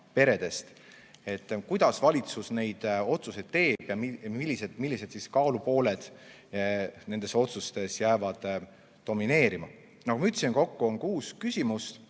Kuidas valitsus neid otsuseid teeb ja millised kaalukausid nendes otsustes jäävad domineerima? Nagu ma ütlesin, kokku on kuus küsimust.